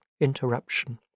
interruption